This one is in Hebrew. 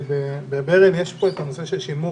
בברל כצנלסון יש את נושא שימור,